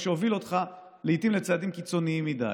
מה שהוביל אותך לעיתים לצעדים קיצוניים מדי.